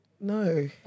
No